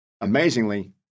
Amazingly